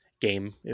game